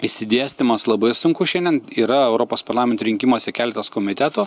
išsidėstymas labai sunku šiandien yra europos parlamento rinkimuose keletas komitetų